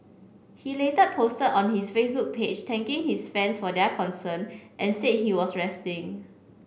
he later posted on his Facebook page thanking his fans for their concern and said he was resting